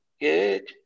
good